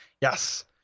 yes